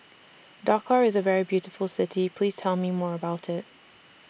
Dakar IS A very beautiful City Please Tell Me More about IT